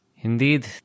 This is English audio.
Indeed